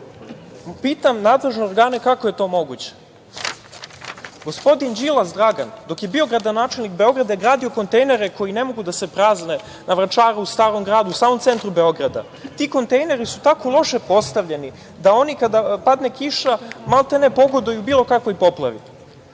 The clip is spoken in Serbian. Pitam nadležne organe - kako je to moguće? Gospodin Đilas Dragan, dok je bio gradonačelnik Beograda, gradio kontejnere koji ne mogu da se prazne na Vračaru, Starom Gradu, u samom centru Beograda. Ti kontejneri su tako loše postavljeni da oni, kada padne kiša, maltene pogoduju bilo kakvoj poplavi. Dok